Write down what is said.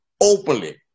openly